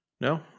No